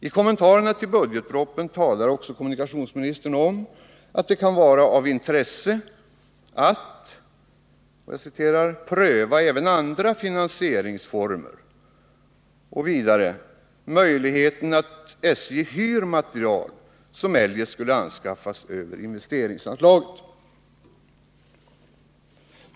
I kommentarerna till budgetpropositionen talar också kommunikationsministern om att det kan vara av intresse att pröva även andra finansieringsformer och ”möjligheten att SJ hyr material som eljest skulle anskaffas över investeringsanslaget”.